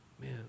Man